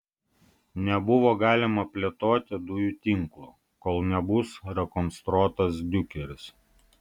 nebuvo galima plėtoti dujų tinklo kol nebus rekonstruotas diukeris